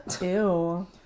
Ew